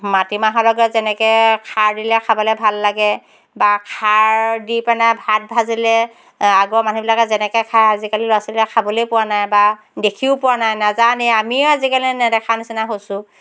মাটিমাহৰ লগত যেনেকৈ খাৰ দিলে খাবলৈ ভাল লাগে বা খাৰ দি পেনাই ভাত ভাজিলে আগৰ মানুহবিলাকে যেনেকৈ খায় আজিকালি ল'ৰা ছোৱালীয়ে খাবলৈ পোৱা নাই বা দেখিও পোৱা নাই নাজানেই আমিয়ে আজিকালি নেদেখা নিচিনা হৈছোঁ